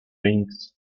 rings